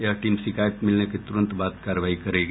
यह टीम शिकायत मिलने के तुरंत बाद कार्रवाई करेगी